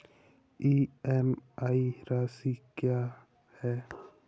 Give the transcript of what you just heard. EMI राशि क्या है?